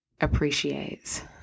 appreciates